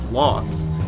lost